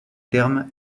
terme